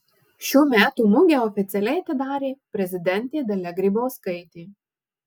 šių metų mugę oficialiai atidarė prezidentė dalia grybauskaitė